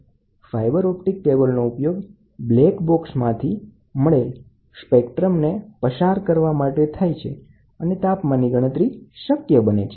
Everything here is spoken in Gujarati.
ફાઇબર ઓપ્ટિક કેબલનો ઉપયોગ બ્લેક બોક્સ કેવીટીમાંથી રેડિયેશનને સ્પેક્ટ્રોમેટ્રિક ડિવાઇસમાં વહન કરાવવા માટે થાય છે જે તાપમાનની ગણતરી કરે છે